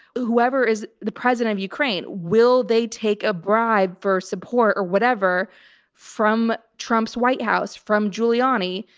whoever is the president of ukraine, will they take a bribe for support or whatever from trump's white house, from giuliani,